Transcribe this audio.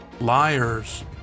Liars